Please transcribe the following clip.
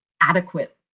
adequate